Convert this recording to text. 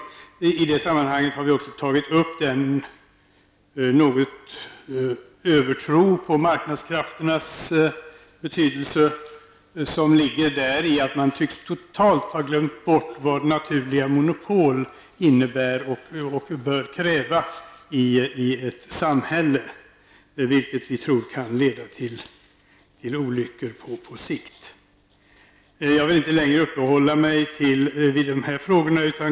Vi har även i det här sammanhanget tagit upp den övertro på marknadskrafternas betydelse som ligger däri, att man totalt tycks ha glömt bort vad naturliga monopol innebär och bör kräva i ett samhälle. Vi tror att detta kan leda till olyckor på sikt. Jag skall inte uppehålla mig längre vid de här frågorna.